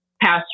past